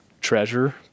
treasure